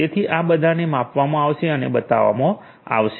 તેથી આ બધાને માપવામાં આવશે અને બતાવવામાં આવશે